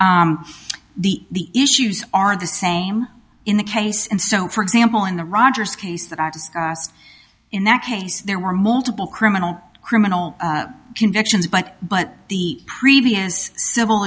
of the issues are the same in the case and so for example in the rogers case that act in that case there were multiple criminal criminal convictions but but the previous civil